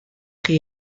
chi